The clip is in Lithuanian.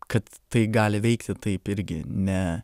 kad tai gali veikti taip irgi ne